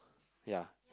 ya